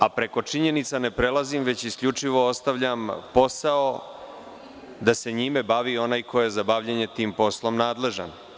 A preko činjenica ne prelazim, već isključivo ostavljam posao da se njime bavi onaj ko je za bavljenje tim poslom nadležan.